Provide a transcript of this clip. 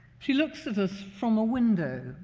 she looks at us from a window.